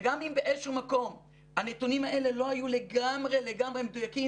וגם אם באיזשהו מקום הנתונים האלה לא היו לגמרי מדויקים,